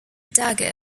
dagger